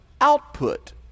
output